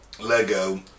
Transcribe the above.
Lego